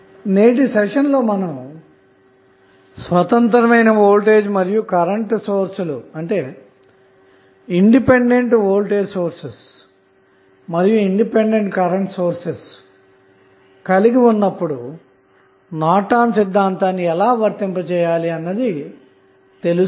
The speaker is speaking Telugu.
నీటి సెషన్లో మనం స్వతంత్రమైన వోల్టేజ్ మరియు కరెంటు సోర్స్ లు సర్క్యూట్ లో కలిగి ఉన్నప్పుడు నార్టన్ సిద్ధాంతాన్ని ఎలా వర్తింపచేయాలో తెలుసుకున్నాము